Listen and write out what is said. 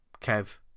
Kev